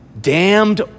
damned